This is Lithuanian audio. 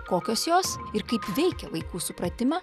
kokios jos ir kaip veikia vaikų supratimą